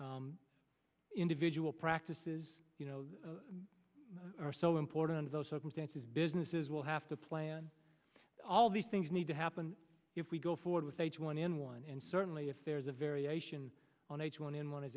individual practices are so important in those circumstances businesses will have to plan all these things need to happen if we go forward with h one n one and certainly if there's a variation on h one n one as